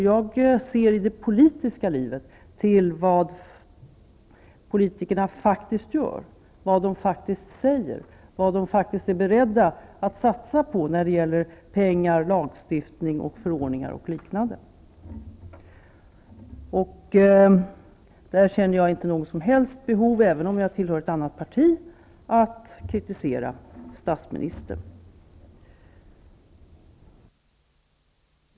Jag ser i det politiska livet till vad politikerna faktiskt gör, vad de faktiskt säger, vad de faktiskt är beredda att satsa på när det gäller pengar, lagstiftning, förordningar och liknande. Där känner jag, även om jag tillhör ett annat parti, inte något som helst behov av att kritisera statsministern.